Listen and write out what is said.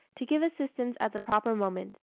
to give assistance at the proper moment.